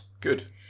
good